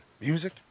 music